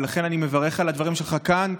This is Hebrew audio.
ולכן אני מברך על הדברים שלך כאן,